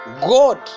God